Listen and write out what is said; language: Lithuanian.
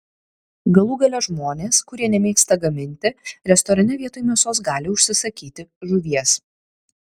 galų gale žmonės kurie nemėgsta gaminti restorane vietoj mėsos gali užsisakyti žuvies